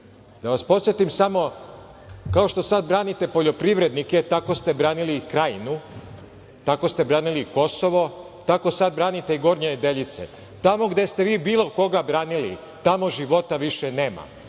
vi. Da vas podsetim samo, kao što sad branite poljoprivrednike, tako ste branili i Krajinu, tako ste branili i Kosovo, tako sad branite Gornje Nedeljice. Tamo gde ste vi bilo koga branili, tamo života više nema. Još